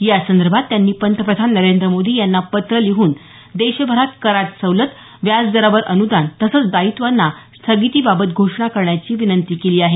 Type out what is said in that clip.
यासंदर्भात त्यांनी पंतप्रधान नरेंद्र मोदी यांना पत्र लिहून देशभरात करात सवलत व्याजदरावर अनुदान तसंच दायित्वाना स्थगितीबाबत घोषणा करण्याची विनंती केली आहे